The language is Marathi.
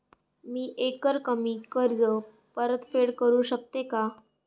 मी एकरकमी कर्ज परतफेड करू शकते का?